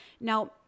Now